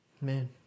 man